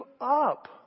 up